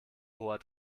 hoher